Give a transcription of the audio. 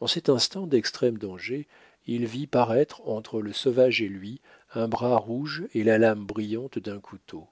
en cet instant d'extrême danger il vit paraître entre le sauvage et lui un bras rouge et la lame brillante d'un couteau